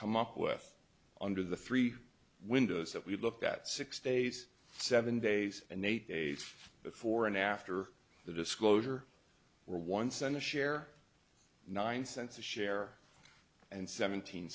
come up with under the three windows that we looked at six days seven days and eight days before and after the disclosure were once then a share nine cents a share and seventeen